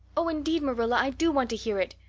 oh, indeed, marilla, i do want to hear it,